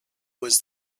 was